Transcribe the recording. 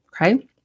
Okay